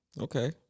Okay